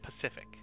Pacific